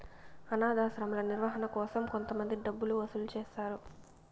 అనాధాశ్రమాల నిర్వహణ కోసం కొంతమంది డబ్బులు వసూలు చేస్తారు